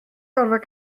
gorfod